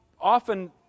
often